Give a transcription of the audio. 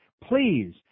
please